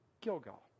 Gilgal